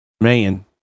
man